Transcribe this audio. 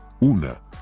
Una